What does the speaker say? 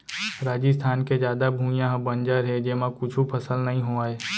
राजिस्थान के जादा भुइयां ह बंजर हे जेमा कुछु फसल नइ होवय